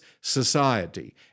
society